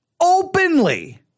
openly